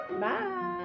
Bye